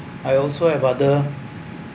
I also have other